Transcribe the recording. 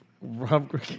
Rob